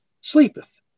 sleepeth